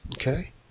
okay